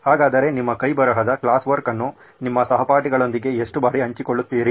ಹಾಗಾದರೆ ನಿಮ್ಮ ಕೈ ಬರಹದ ಕ್ಲಾಸ್ ವರ್ಕ್ ಅನ್ನು ನಿಮ್ಮ ಸಹಪಾಠಿಗಳೊಂದಿಗೆ ಎಷ್ಟು ಬಾರಿ ಹಂಚಿಕೊಳ್ಳುತ್ತೀರಿ